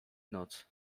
noc